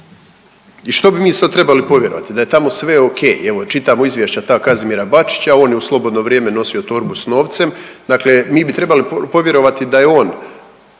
I što bi mi sad trebali povjerovati, da je tamo sve okej i evo, čitavo izvješća ta Kazimira Bačića, on je u slobodno vrijeme nosio torbu s novcem, dakle mi bi trebali povjerovati da je on